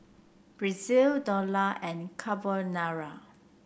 Pretzel Dhokla and Carbonara